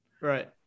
right